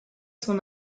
son